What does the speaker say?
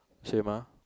same ah